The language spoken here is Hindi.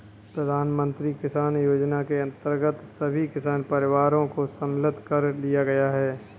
प्रधानमंत्री किसान योजना के अंतर्गत सभी किसान परिवारों को सम्मिलित कर लिया गया है